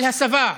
על הסבה.